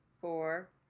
four